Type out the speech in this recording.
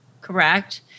correct